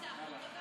יוראי להב?